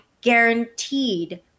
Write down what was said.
guaranteed